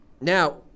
now